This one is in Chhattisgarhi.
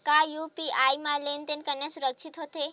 का यू.पी.आई म लेन देन करना सुरक्षित होथे?